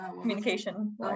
Communication